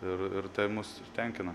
ir ir tai mus ir tenkina